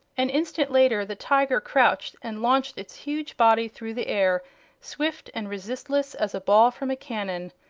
an instant later the tiger crouched and launched its huge body through the air swift and resistless as a ball from a cannon.